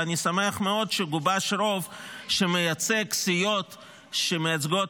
ואני שמח מאוד שגובש רוב שמייצג סיעות שמייצגות